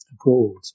abroad